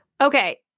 Okay